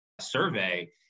survey